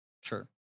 sure